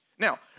Now